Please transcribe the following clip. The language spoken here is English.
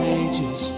ages